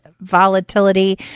volatility